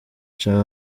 nca